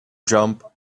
jump